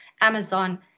Amazon